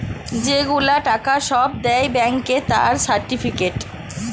যে গুলা টাকা সব দেয় ব্যাংকে তার সার্টিফিকেট